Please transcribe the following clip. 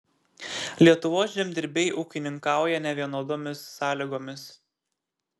lietuvos žemdirbiai ūkininkauja nevienodomis sąlygomis